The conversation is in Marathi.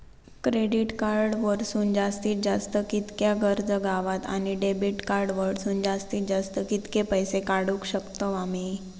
क्रेडिट कार्ड वरसून जास्तीत जास्त कितक्या कर्ज गावता, आणि डेबिट कार्ड वरसून जास्तीत जास्त कितके पैसे काढुक शकतू आम्ही?